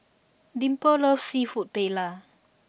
Dimple loves Seafood Paella